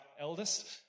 eldest